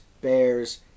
Bears